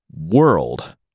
world